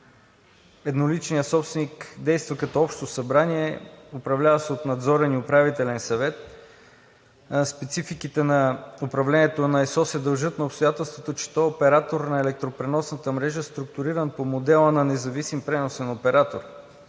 Едноличният собственик действа като общо събрание, управлява се от Надзорен и Управителен съвет. Спецификите на управлението на ЕСО се дължат на обстоятелството, че то е оператор на електропреносната мрежа, структуриран по модела на независим преносен оператор.